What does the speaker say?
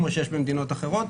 כמו שיש במדינות אחרות,